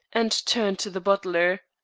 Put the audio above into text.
and turned to the butler.